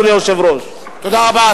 תודה רבה.